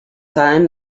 time